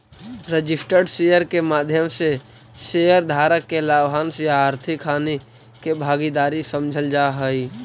registered share के माध्यम से शेयर धारक के लाभांश या आर्थिक हानि के भागीदार समझल जा हइ